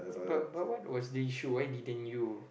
but but what was the issue why didn't you